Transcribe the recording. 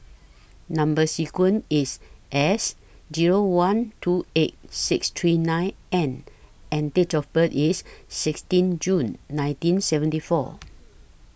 Number sequence IS S Zero one two eight six three nine N and Date of birth IS sixteen June nineteen seventy four